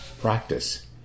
practice